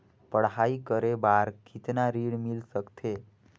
पढ़ाई करे बार कितन ऋण मिल सकथे?